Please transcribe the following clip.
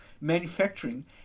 manufacturing